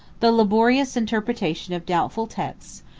the laborious interpretation of doubtful texts,